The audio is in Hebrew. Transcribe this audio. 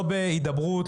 לא הידברות,